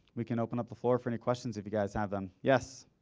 we can open up the floor for any questions if you guys have them. yes?